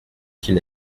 qu’il